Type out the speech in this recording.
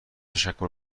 تشکر